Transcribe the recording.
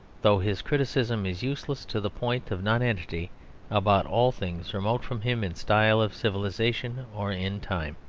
though his criticism is useless to the point of nonentity about all things remote from him in style of civilisation or in time.